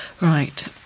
Right